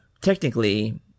technically